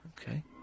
Okay